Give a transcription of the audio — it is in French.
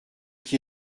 qui